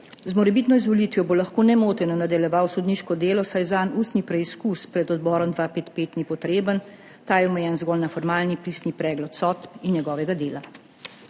Z morebitno izvolitvijo bo lahko nemoteno nadaljeval sodniško delo, saj zanj ustni preizkus pred Odborom 255 ni potreben. Ta je omejen zgolj na formalni pisni pregled sodb in njegovega dela.